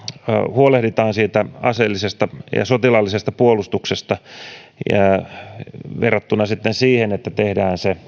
huolehditaan siitä aseellisesta ja sotilaallisesta puolustuksesta verrattuna siihen että tehdään se